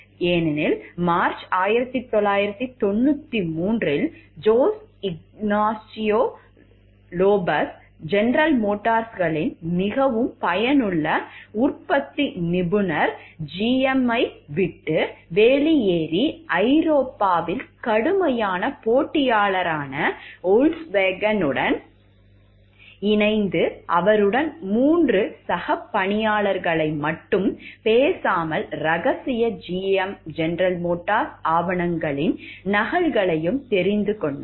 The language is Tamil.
ஏனெனில் March 1993 Jose Ignacio Lopez GM களின் மிகவும் பயனுள்ள உற்பத்தி நிபுணர் GM ஐ விட்டு வெளியேறி ஐரோப்பாவில் கடுமையான போட்டியாளரான Volkswagen உடன் இணைந்து அவருடன் மூன்று சக பணியாளர்களை மட்டும் பேசாமல் ரகசிய GM ஆவணங்களின் நகல்களையும் தெரிந்து கொண்டார்